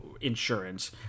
insurance